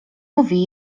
mówi